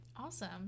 Awesome